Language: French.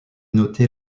noter